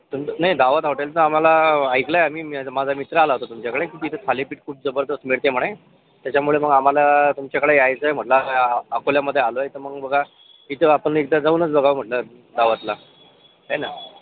नाही दावत हॉटेलचं आम्हाला ऐकलं आहे आम्ही मी माझा मित्र आला होता तुमच्याकडे तिथे थालीपीठ खूप जबरदस्त मिळत आहे म्हणे त्याच्यामुळे मग आम्हाला तुमच्याकडं यायचं आहे म्हटलं अकोल्यामध्ये आलो आहे तर मग बघा तिथे आपण एकदा जाऊनच बघावं म्हटलं दावतला है ना